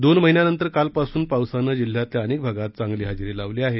दोन महिन्यानंतर काल पासून पावसानं जिल्ह्यातल्या अनेक भागांत चांगली हजेरी लावली आहे